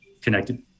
connected